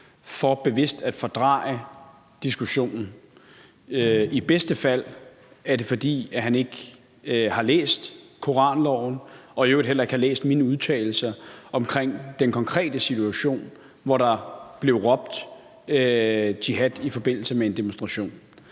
for bevidst at fordreje diskussionen. I bedste fald er det, fordi han ikke har læst koranloven og i øvrigt heller ikke har læst mine udtalelser omkring den konkrete situation, hvor der blev råbt jihad i forbindelse med en demonstration.